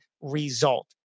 result